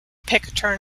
pitcairn